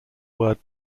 word